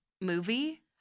movie